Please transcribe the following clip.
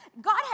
God